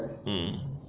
mm